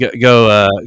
go